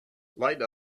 light